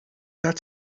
that